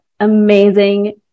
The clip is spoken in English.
amazing